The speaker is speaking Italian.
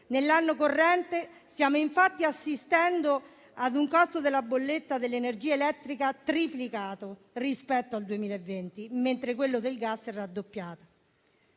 Nell'anno corrente stiamo infatti assistendo ad un costo della bolletta dell'energia elettrica triplicato rispetto al 2020, mentre quello del gas è raddoppiato: